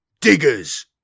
Diggers